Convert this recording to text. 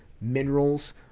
minerals